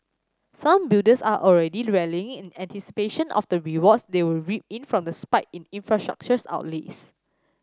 some builders are already rallying in anticipation of the rewards they will reap in from the spike in infrastructure outlays